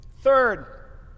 Third